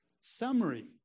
summary